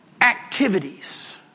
activities